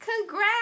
Congrats